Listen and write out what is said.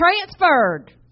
transferred